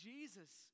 Jesus